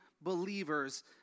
believers